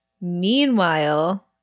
Meanwhile